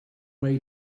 way